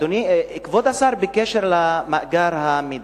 כבוד השר, בעניין מאגר המידע: